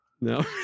no